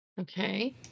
Okay